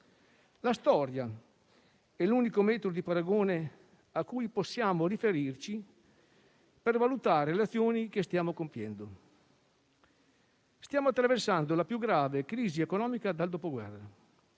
La storia è l'unico metro di paragone a cui possiamo riferirci per valutare le azioni che stiamo compiendo. Stiamo attraversando la più grave crisi economica dal dopoguerra.